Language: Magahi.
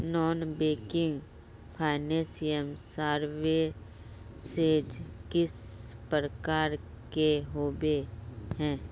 नॉन बैंकिंग फाइनेंशियल सर्विसेज किस प्रकार के होबे है?